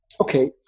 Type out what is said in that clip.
Okay